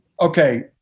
okay